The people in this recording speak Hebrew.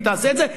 והיא תעשה את זה,